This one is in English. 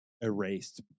erased